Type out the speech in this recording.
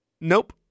Nope